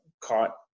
caught